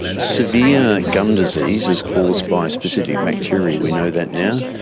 ah severe gum disease is caused by specific bacteria, we know that now,